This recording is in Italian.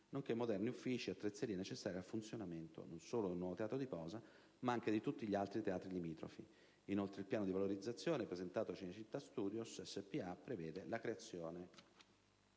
nonché moderni uffici e attrezzerie necessari al funzionamento non solo al nuovo teatro di posa, ma anche di tutti gli altri teatri limitrofi. Inoltre, il piano di valorizzazione presentato da Cinecittà Studios Spa prevede la creazione